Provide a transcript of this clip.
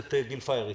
ד"ר גיל פייר הוא